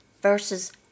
versus